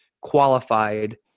qualified